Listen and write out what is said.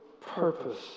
purpose